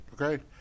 Okay